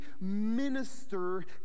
minister